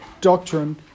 doctrine